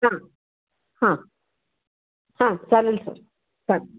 हां हां हां चालेल सर चालेल